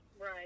Right